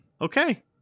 Okay